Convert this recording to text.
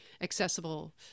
accessible